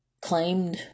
claimed